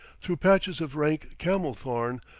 through patches of rank camel-thorn,